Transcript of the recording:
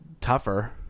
tougher